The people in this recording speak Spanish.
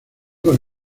con